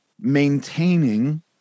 maintaining